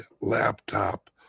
Laptop